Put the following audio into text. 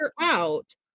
out